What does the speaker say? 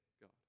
God